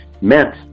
meant